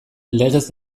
legez